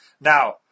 Now